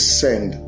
send